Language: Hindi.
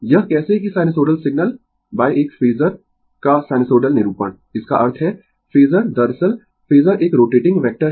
यह कैसे कि साइनसोइडल सिग्नल एक फेजर का साइनसोइडल निरूपण इसका अर्थ है फेजर दरअसल फेजर एक रोटेटिंग वेक्टर है